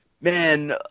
man